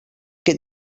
que